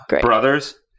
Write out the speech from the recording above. Brothers